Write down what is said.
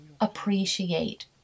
appreciate